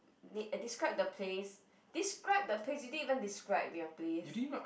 na~ describe the place describe the place you didn't even describe your place